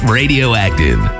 radioactive